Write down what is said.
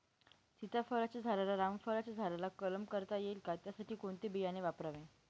सीताफळाच्या झाडाला रामफळाच्या झाडाचा कलम करता येईल का, त्यासाठी कोणते बियाणे वापरावे?